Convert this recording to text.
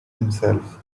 himself